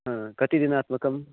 हा कतिदिनात्मकम्